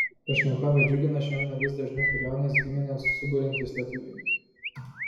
pašnekovę džiugina šiandieną vis dažniau per jonines giminę suburiantys lietuviai